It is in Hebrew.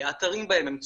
אתרים בהם הם צופים,